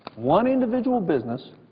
one individual business,